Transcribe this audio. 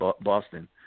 Boston